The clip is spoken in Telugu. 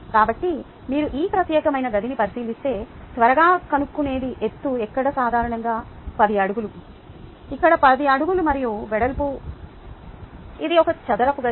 కాబట్టి మీరు ఈ ప్రత్యేకమైన గదిని పరిశీలిస్తే త్వరగా కన్నుకునేది ఎత్తు ఇక్కడ సాధారణంగా 10 అడుగులు ఇక్కడ 10 అడుగులు మరియు వెడల్పు ఇది ఒక చదరపు గది